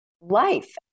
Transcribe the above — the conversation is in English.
life